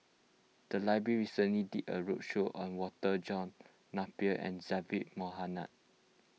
the library recently did a roadshow on Walter John Napier and Zaqy Mohamad